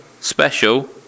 Special